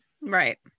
Right